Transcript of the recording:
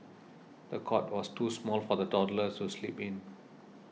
the cot was too small for the toddler to sleep in